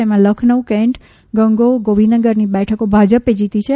જેમાં લખનઉ કેન્ટગંગોફ ગોવિંદનગર બેઠકો ભાજપે જીતી છે